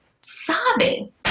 sobbing